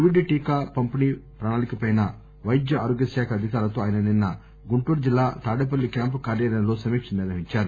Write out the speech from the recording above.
Covid టీకా పంపిణీ ప్రణాళికపై పైద్య ఆరోగ్యశాఖ అధికారులతో ఆయన నిన్న గుంటూరు జిల్లా తాడేపల్లి క్యాంపు కార్యాలయంలో సమీక్ష నిర్వహించారు